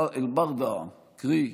בערבית ומתרגם:) קרי,